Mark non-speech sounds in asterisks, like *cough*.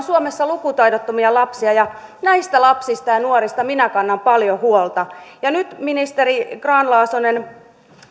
*unintelligible* suomessa lukutaidottomia lapsia ja näistä lapsista ja nuorista minä kannan paljon huolta ja nyt ministeri grahn laasonen